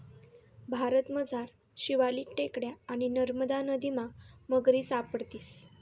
भारतमझार शिवालिक टेकड्या आणि नरमदा नदीमा मगरी सापडतीस